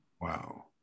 wow